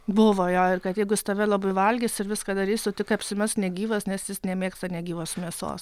buvo jo ir kad jeigu jis tave labai valgys ir viską darys tu tik apsimesk negyvas nes jis nemėgsta negyvos mėsos